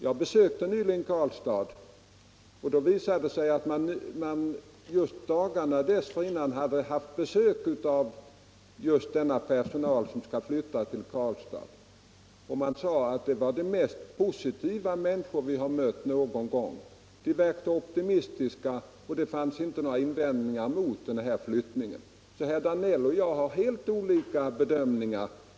Jag besökte nyligen Karlstad. Dagarna dessförinnan hade man haft besök av den personal som skall flytta till Karlstad. Man sade att det var de mest positiva människor man någon gång mött. De var direkt optimistiska och det fanns inte några invändningar mot den här flyttningen. Herr Danell och jag har helt olika bedömningar.